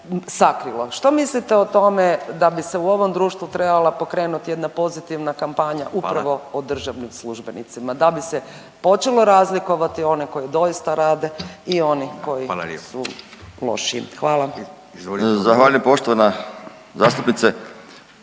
sakrilo. Što mislite o tome da bi se u ovom društvu trebala pokrenuti jedna pozitivna kampanja upravo o državnim službenicima da bi se počelo razlikovati one koji doista rade i oni koji su loši. Hvala. **Radin, Furio (Nezavisni)**